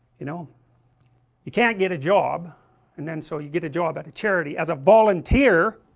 you know you can't get a job and then so you get a job at a charity as a volunteer